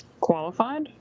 qualified